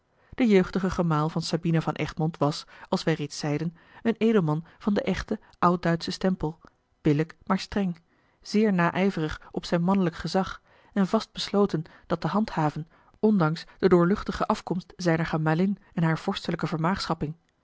de jeugdige gemaal van sabina van egmond was als wij reeds zeiden een edelman van den echten oud duitschen stempel billijk maar streng zeer naijverig op zijn mannelijk gezag en vast besloten dat te handhaven ondanks de doorluchtige afkomst zijner gemalin en hare vorstelijke